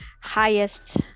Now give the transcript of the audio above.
highest